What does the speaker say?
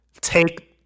take